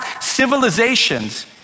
civilizations